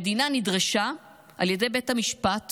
המדינה נדרשה על ידי בית המשפט